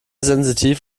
sensitiv